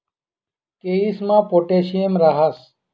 केयीसमा पोटॅशियम राहस